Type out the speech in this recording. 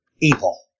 evil